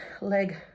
leg